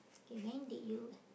okay when did you